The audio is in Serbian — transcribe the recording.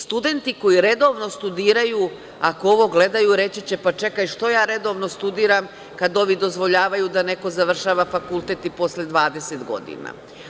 Studenti koji redovno studiraju, ako ovo gledaju, reći će - pa, čekaj, što ja redovno studiram kad ovi dozvoljavaju da neko završava fakultet i posle 20 godina?